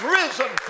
risen